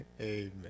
Amen